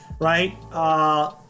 right